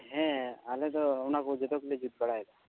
ᱦᱮᱸ ᱟᱞᱮ ᱫᱚ ᱚᱱᱟ ᱠᱚ ᱡᱚᱛᱚ ᱜᱮᱞᱮ ᱡᱩᱛ ᱵᱟᱲᱟᱭᱮᱫᱟ